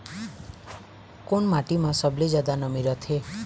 कोन माटी म सबले जादा नमी रथे?